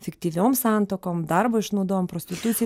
fiktyviom santuokom darbo išnaudojimu prostitucija